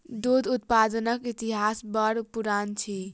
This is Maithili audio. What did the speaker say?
दूध उत्पादनक इतिहास बड़ पुरान अछि